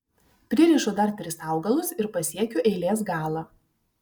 pririšu dar tris augalus ir pasiekiu eilės galą